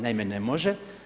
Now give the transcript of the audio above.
Naime, ne može.